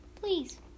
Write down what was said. Please